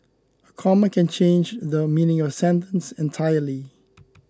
a comma can change the meaning of a sentence entirely